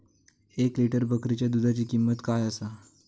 एक लिटर बकरीच्या दुधाची किंमत काय आसा?